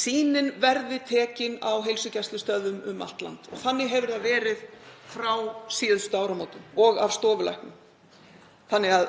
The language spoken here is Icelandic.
Sýnin verði tekin á heilsugæslustöðvum um allt land, þannig hefur það verið frá síðustu áramótum, og af stofulæknum. Þannig að